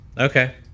Okay